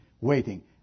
waiting